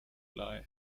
lie